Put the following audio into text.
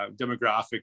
demographic